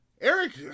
Eric